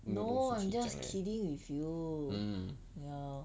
没有东西讲 liao mm